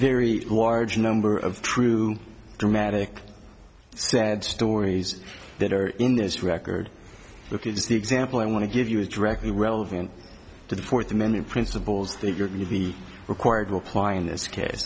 very large number of true dramatic sad stories that are in this record book is the example i want to give you is directly relevant to the fourth amendment principles that you're be required to apply in this case